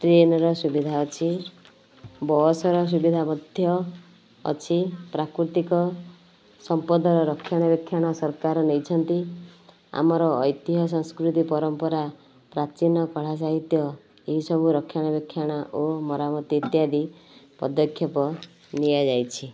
ଟ୍ରେନ୍ର ସୁବିଧା ଅଛି ବସ୍ର ସୁବିଧା ମଧ୍ୟ ଅଛି ପ୍ରାକୃତିକ ସମ୍ପଦର ରକ୍ଷଣାବେକ୍ଷଣ ସରକାର ନେଇଛନ୍ତି ଆମର ଐତିହ ସଂସ୍କୃତି ପରମ୍ପରା ପ୍ରାଚୀନ କଳା ସାହିତ୍ୟ ଏହିସବୁ ରକ୍ଷଣାବେକ୍ଷଣ ଓ ମରାମତି ଇତ୍ୟାଦି ପଦକ୍ଷେପ ନିଆଯାଇଛି